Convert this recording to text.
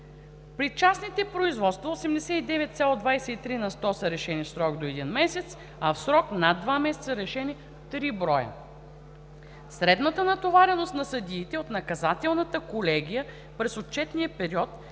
При частните производства 89,23 на сто са решени в срок до един месец, а в срок над два месеца са решени три броя. Средната натовареност на съдиите от Наказателната колегия през отчетния период е